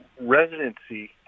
residency